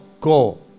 Go